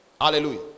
Hallelujah